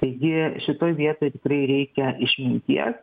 taigi šitoj vietoj tikrai reikia išminties